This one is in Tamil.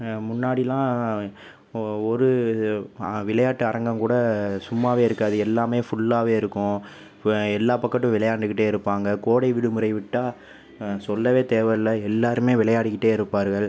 முன்னாடிலாம் ஒரு விளையாட்டு அரங்கம் கூட சும்மாகவே இருக்காது எல்லாமே ஃபுல்லாகவே இருக்கும் எல்லா பக்கட்டும் விளையாண்டுகிட்டே இருப்பாங்க கோடை விடுமுறை விட்டால் சொல்லவே தேவைல்லை எல்லாருமே விளையாடிகிட்டே இருப்பார்கள்